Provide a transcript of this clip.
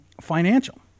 financial